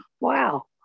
wow